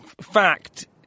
fact